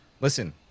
listen